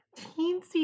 teensy